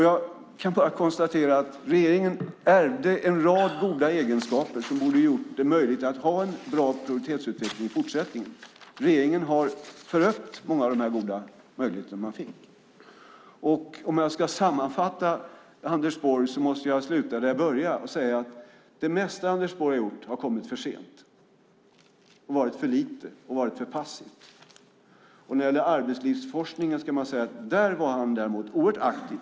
Jag kan bara konstatera att regeringen ärvde en rad goda egenskaper som borde ha gjort det möjligt att ha en bra produktivitetsutveckling i fortsättningen. Regeringen har förött många av de goda möjligheter man fick. Om jag ska sammanfatta, Anders Borg, måste jag sluta där jag började och säga: Det mesta Anders Borg har gjort har kommit för sent och varit för lite och för passivt. När det gäller arbetslivsforskningen däremot kan man säga att han var oerhört aktiv.